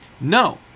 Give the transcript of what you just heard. No